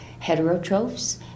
heterotrophs